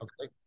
Okay